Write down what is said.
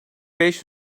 beş